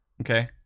Okay